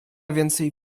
więcej